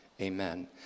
Amen